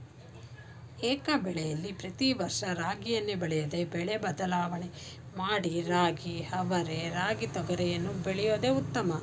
ಏಕಬೆಳೆಲಿ ಪ್ರತಿ ವರ್ಷ ರಾಗಿಯನ್ನೇ ಬೆಳೆಯದೆ ಬೆಳೆ ಬದಲಾವಣೆ ಮಾಡಿ ರಾಗಿ ಅವರೆ ರಾಗಿ ತೊಗರಿಯನ್ನು ಬೆಳೆಯೋದು ಉತ್ತಮ